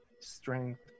strength